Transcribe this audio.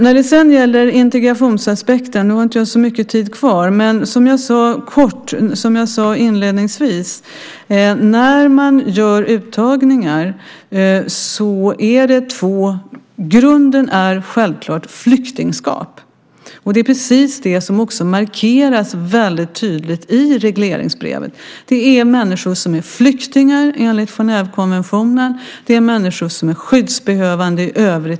När det gäller integrationsaspekten - jag har inte så mycket talartid kvar - sade jag inledningsvis att när man gör uttagningar är grunden självklart flyktingskap. Det är precis det som markeras väldigt tydligt i regleringsbrevet. Det är människor som är flyktingar enligt Genèvekonventionen. Det är människor som är skyddsbehövande i övrigt.